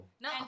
No